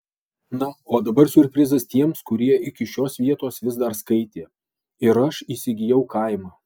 na o dabar siurprizas tiems kurie iki šios vietos vis dar skaitė ir aš įsigijau kaimą